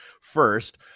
first